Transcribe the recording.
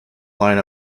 line